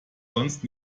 sonst